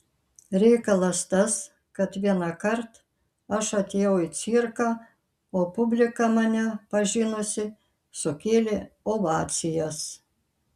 reikalas tas kad vienąkart aš atėjau į cirką o publika mane pažinusi sukėlė ovacijas